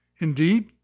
indeed